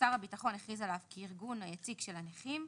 ששר הביטחון הכריז עליו כארגון היציג של הנכים,